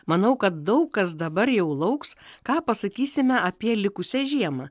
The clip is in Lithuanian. manau kad daug kas dabar jau lauks ką pasakysime apie likusią žiemą